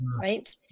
right